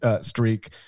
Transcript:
streak